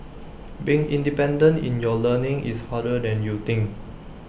being independent in your learning is harder than you think